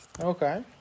Okay